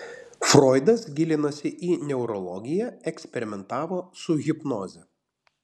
froidas gilinosi į neurologiją eksperimentavo su hipnoze